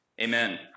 amen